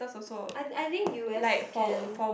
I I think u_s can